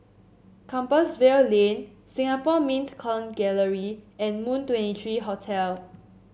Compassvale Lane Singapore Mint Coin Gallery and Moon Twenty three Hotel